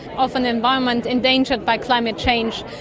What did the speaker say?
of an environment endangered by climate change.